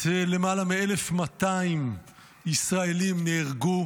למעלה מ-1,200 ישראלים נהרגו